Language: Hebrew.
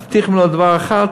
מבטיחים לו דבר אחד.